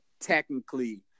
technically